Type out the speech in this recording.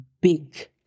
big